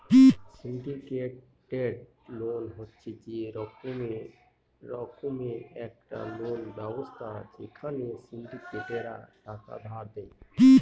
syndicated loan হচ্ছে সে রকমের একটা লোন ব্যবস্থা যেখানে সিন্ডিকেটরা টাকা ধার দেয়